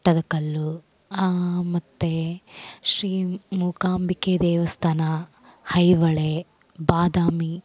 ಪಟ್ಟದ ಕಲ್ಲು ಮತ್ತು ಶ್ರೀ ಮೂಕಾಂಬಿಕೆ ದೇವಸ್ಥಾನ ಐವಳೆ ಬಾದಾಮಿ